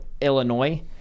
Illinois